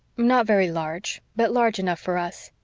not very large, but large enough for us.